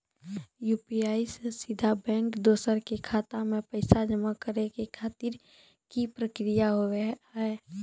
UPI से सीधा दोसर के बैंक खाता मे पैसा जमा करे खातिर की प्रक्रिया हाव हाय?